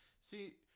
see